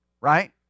Right